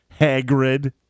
Hagrid